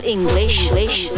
English